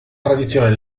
tradizione